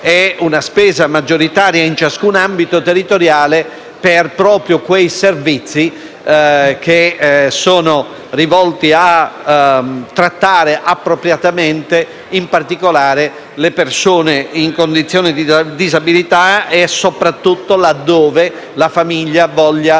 e una spesa maggioritaria in ciascun ambito territoriale proprio per quei servizi che sono rivolti a trattare appropriatamente in particolare le persone in condizioni di disabilità, soprattutto laddove la famiglia voglia